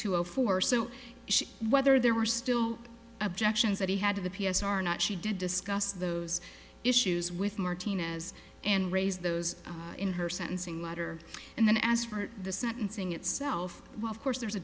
two o four so she whether there were still objections that he had to the p s are not she did discuss those issues with martinez and raise those in her sentencing letter and then as for the sentencing itself of course there's a